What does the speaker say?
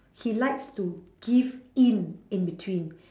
he likes to give in in between